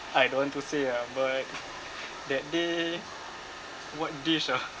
I don't want to say ah but that day what dish ah